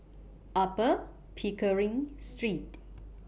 Upper Pickering Street